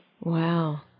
Wow